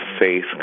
faith